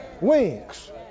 wings